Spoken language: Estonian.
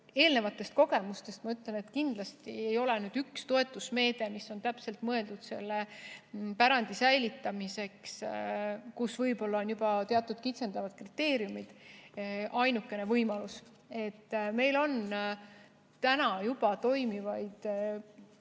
eelnevatest kogemustest ma ütlen, et kindlasti ei ole üks toetusmeede, mis on täpselt mõeldud selle pärandi säilitamiseks, kus võib-olla on juba teatud kitsendavad kriteeriumid, ainukene võimalus. Meil on täna juba toimivaid